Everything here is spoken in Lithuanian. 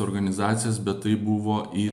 organizacijas bet tai buvo į